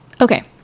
okay